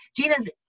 Gina's